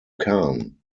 kahn